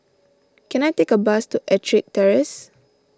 can I take a bus to Ettrick Terrace